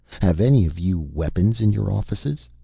have any of you weapons in your offices?